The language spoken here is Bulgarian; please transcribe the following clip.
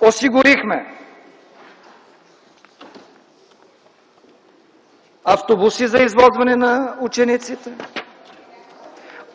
осигурихме автобуси за извозване на учениците,